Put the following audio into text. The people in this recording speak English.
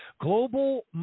Global